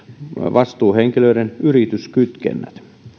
vastuuhenkilöiden yrityskytkennät